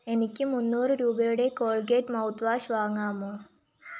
എനിക്ക് മുന്നൂറ് രൂപയുടെ കോൾഗേറ്റ് മൗത് വാഷ് വാങ്ങാമോ